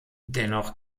dennoch